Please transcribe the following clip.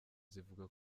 zivuga